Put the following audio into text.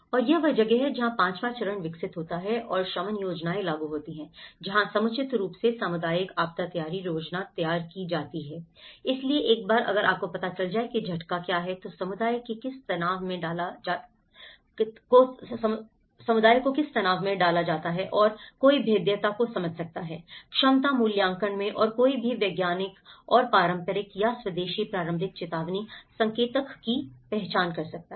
और यह वह जगह है जहाँ पाँचवाँ चरण विकसित होता है और शमन योजनाएँ लागू होती हैं जहाँ समुचित रूप से सामुदायिक आपदा तैयारी योजना तैयार की जाती है इसलिए एक बार अगर आपको पता चल जाए कि झटका क्या है तो समुदाय को किस तनाव में डाला जाता है और कोई भेद्यता को समझ सकता है क्षमता मूल्यांकन में और कोई भी वैज्ञानिक और पारंपरिक या स्वदेशी प्रारंभिक चेतावनी संकेतक की पहचान कर सकता है